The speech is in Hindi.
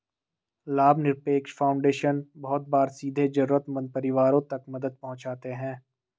लाभनिरपेक्ष फाउन्डेशन बहुत बार सीधे जरूरतमन्द परिवारों तक मदद पहुंचाते हैं